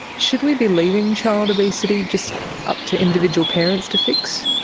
should we be leaving child obesity just up to individual parents to fix?